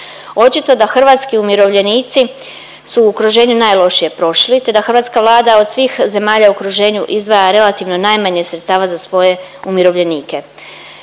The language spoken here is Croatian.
Očito da hrvatski umirovljenici su okruženju najlošije prošli te da hrvatska Vlada od svih zemalja u okruženju izdvaja relativno najmanje sredstava za svoje umirovljenike.